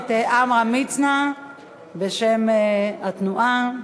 הכנסת עמרם מצנע בשם התנועה.